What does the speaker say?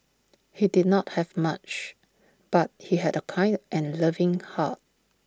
he did not have much but he had A kind and loving heart